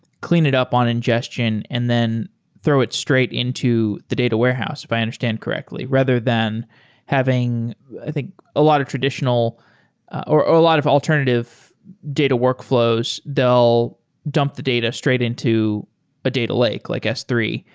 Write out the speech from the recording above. clean it up on ingestion and then throw it straight into the data warehouse, if i understand it correctly. rather than having i think a lot of traditional or a lot of alternative data workflows, they'll dump the data straight into a data lake like s three.